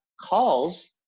calls